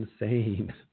insane